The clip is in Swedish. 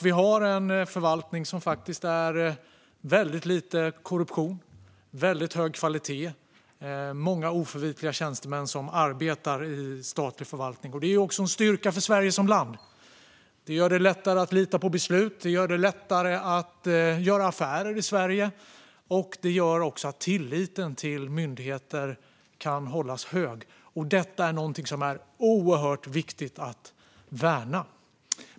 Vi har en förvaltning med väldigt lite korruption, väldigt hög kvalitet och många oförvitliga tjänstemän. Det är också en styrka för Sverige som land. Det gör det lättare att lita på beslut. Det gör det lättare att göra affärer i Sverige. Det gör också att tilliten till myndigheter kan hållas hög, och detta är något som är oerhört viktigt att värna.